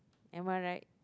am I right